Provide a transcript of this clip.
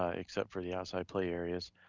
um except for the outside play areas.